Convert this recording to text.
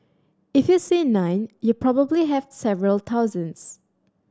if you see nine you probably have several thousands